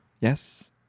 yes